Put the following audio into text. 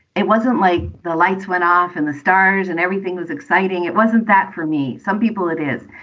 it wasn't like the lights went off and the stars and everything was exciting. it wasn't that for me. some people it is.